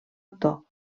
actor